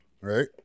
right